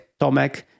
Tomek